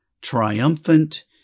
triumphant